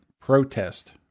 protest